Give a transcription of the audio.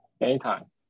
Anytime